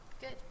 Good